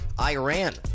Iran